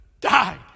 died